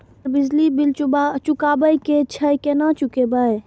Sir बिजली bill चुकाबे की छे केना चुकेबे?